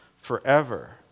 forever